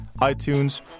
iTunes